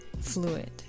fluid